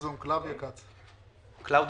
בוקר טוב.